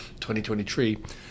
2023